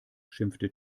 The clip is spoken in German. schimpfte